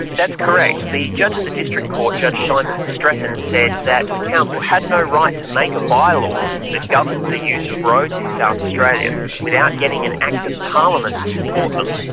that's correct. the judge at the district court, judge simon stretton, said that the council had no right to make a bylaw that governed the use of roads in south australia without getting an act of parliament to support them.